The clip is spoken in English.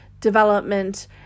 development